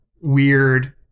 weird